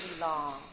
long